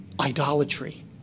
Idolatry